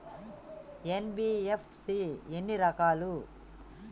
NBFC ఎన్ని రకాలు?